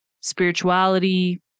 spirituality